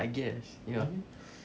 I guess ya